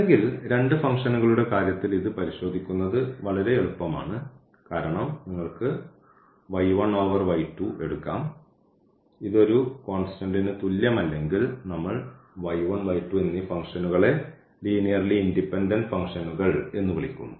അല്ലെങ്കിൽ രണ്ട് ഫംഗ്ഷനുകളുടെ കാര്യത്തിൽ ഇത് പരിശോധിക്കുന്നത് വളരെ എളുപ്പമാണ് കാരണം നിങ്ങൾക്ക് എടുക്കാം ഇത് ഒരു കോൺസ്റ്റന്റ്ന് തുല്യമല്ലെങ്കിൽ നമ്മൾ എന്നീ ഫംഗ്ഷനുകളെ ലീനിയർലി ഇൻഡിപെൻഡൻറ് ഫംഗ്ഷനുകൾ എന്നു വിളിക്കുന്നു